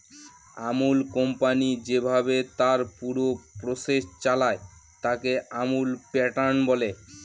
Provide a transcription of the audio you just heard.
Amul company যেভাবে তার পুরো প্রসেস চালায়, তাকে আমুল প্যাটার্ন বলে